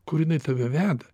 kur jinai tave veda